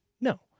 no